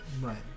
Right